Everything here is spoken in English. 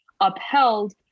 upheld